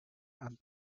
and